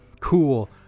cool